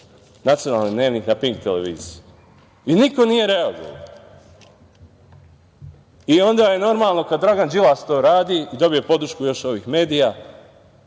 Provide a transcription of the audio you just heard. Nacionalni dnevnik na Pink televiziji i niko nije reagovao. Onda je normalno kada Dragan Đilas to radi i dobija podršku još ovih medija